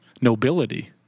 nobility